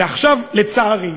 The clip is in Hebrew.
ועכשיו, לצערי,